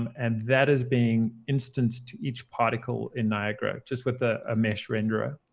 um and that is being instanced to each particle in niagara, just with a ah mesh renderer.